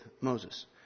Moses